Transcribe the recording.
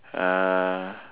uh